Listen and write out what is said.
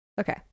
Okay